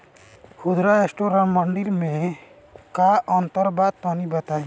खुदरा स्टोर और मंडी में का अंतर बा तनी बताई?